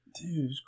Dude